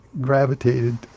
gravitated